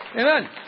Amen